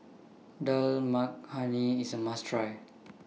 Dal Makhani IS A must Try